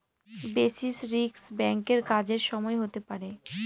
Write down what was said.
basis risk ব্যাঙ্কের কাজের সময় হতে পারে